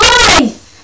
life